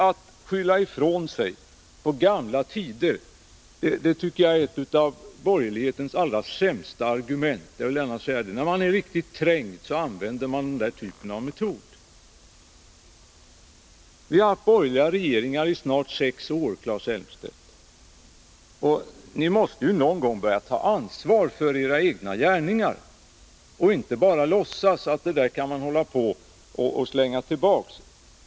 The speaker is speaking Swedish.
Att skylla ifrån sig på gamla tider tycker jag är ett av borgerlighetens allra sämsta argument. Jag vill gärna säga det! När man är riktigt trängd, så använder man den metoden. Vi har haft borgerliga regeringar i snart sex år, Claes Elmstedt. Ni måste ju någon gång börja att ta ansvar för era egna gärningar och inte bara låtsas att det där kan man hålla på och slänga tillbaka.